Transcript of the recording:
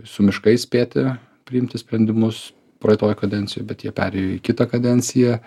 su miškais spėti priimti sprendimus praeitoj kadencijoj bet jie perėjo į kitą kadenciją